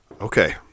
Okay